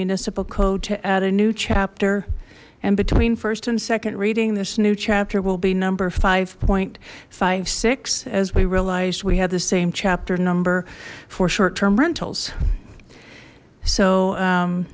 add a new chapter and between first and second reading this new chapter will be number five point five six as we realized we had the same chapter number four short term rentals so